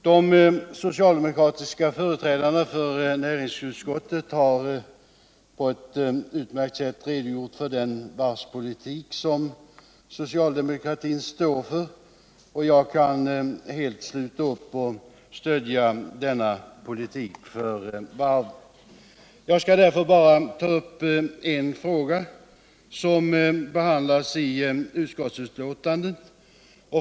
De socialdemokratiska företrädarna i näringsutskottet har på ett utmärkt sätt redogjort för den varvspolitik som socialdemokratin står för, och jag kan helt sluta upp bakom denna. Jag skall därför bara ta upp en av de frågor som behandlas i utskottsbetänkandet.